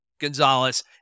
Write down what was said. Gonzalez